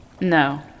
No